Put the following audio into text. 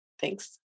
Thanks